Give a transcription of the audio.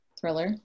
thriller